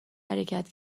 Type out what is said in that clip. حرکت